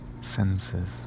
senses